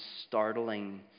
startling